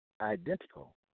identical